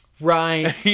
Right